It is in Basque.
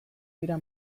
dira